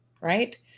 right